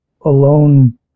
alone